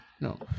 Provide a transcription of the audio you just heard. No